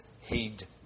heed